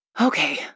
okay